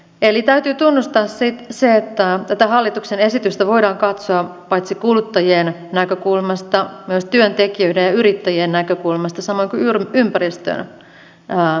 eli täytyy tunnustaa se että tätä hallituksen esitystä voidaan katsoa paitsi kuluttajien näkökulmasta myös työntekijöiden ja yrittäjien näkökulmasta samoin kuin ympäristön näkökulmasta